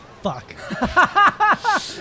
fuck